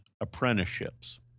apprenticeships